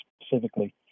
specifically